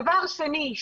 דבר שני,